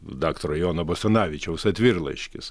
daktaro jono basanavičiaus atvirlaiškis